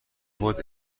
خودت